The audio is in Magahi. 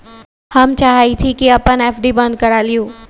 हम चाहई छी कि अपन एफ.डी बंद करा लिउ